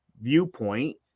viewpoint